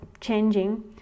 changing